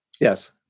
Yes